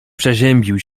przeziębił